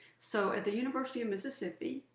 so at the university of mississippi,